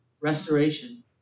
Restoration